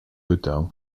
hotel